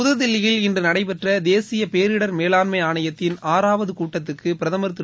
புதுதில்லியில் இன்று நடைபெற்ற தேசிய பேரிடர் மேலான்மை ஆனையத்தின் ஆறாவது கூட்டத்துக்கு பிரதமர் திரு